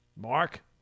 Mark